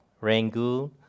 Rangoon